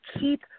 keep